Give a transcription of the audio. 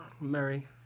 Mary